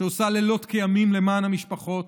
שעושה לילות כימים למען המשפחות.